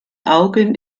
augen